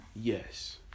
Yes